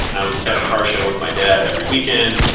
i was at a car show with my dad every weekend,